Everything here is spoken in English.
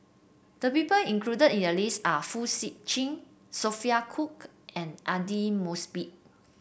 the people included in the list are Fong Sip Chee Sophia Cooke and Aidli Mosbit